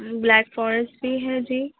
black forest بھی ہے جی